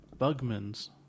Bugmans